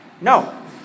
No